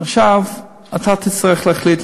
עכשיו אתה תצטרך להחליט.